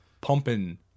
Pumping